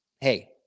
hey